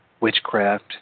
witchcraft